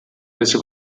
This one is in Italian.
prese